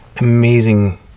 amazing